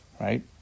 right